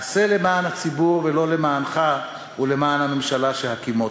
עשה למען הציבור, ולא למענך ולמען הממשלה שהקימות.